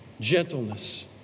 gentleness